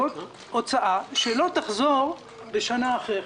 זאת הוצאה שלא תחזור בשנה אחרת,